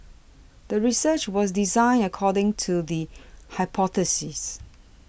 the research was designed according to the hypothesis